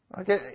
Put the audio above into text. Okay